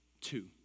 two